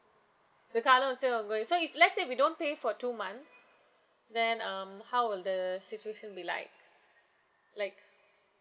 the car loan will still ongoing so if let's say we don't pay for two months then um how will the situation be like like